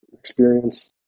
experience